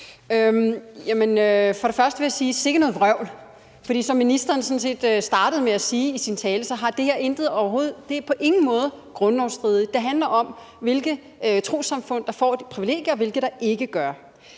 for det første vil jeg sige: Sikke noget vrøvl. Som ministeren sådan set startede med at sige i sin tale, er det her på ingen måde grundlovsstridigt. Det handler om, hvilke trossamfund der får et privilegie, og hvilke der ikke gør.